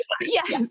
Yes